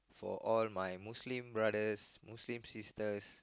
for all my Muslim brothers Muslim sisters